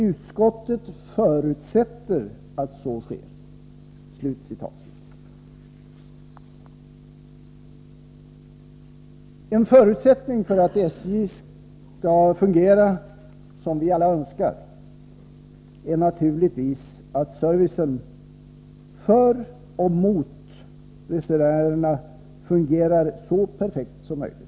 Utskottet förutsätter att så sker.” En förutsättning för att SJ skall fungera som vi alla önskar är naturligtvis att servicen för resenärerna fungerar så perfekt som möjligt.